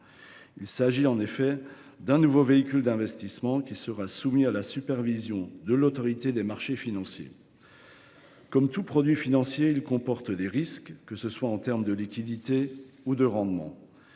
Il s’agit en effet d’un nouveau véhicule d’investissement, qui sera soumis à la supervision de l’Autorité des marchés financiers (AMF). Comme tout produit financier, il comporte des risques, en termes de liquidité comme de rendement.